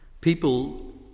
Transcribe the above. People